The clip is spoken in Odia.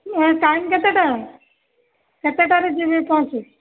ଏ ଟାଇମ୍ କେତେଟା କେତେଟାରେ ଯିବି କହୁଛି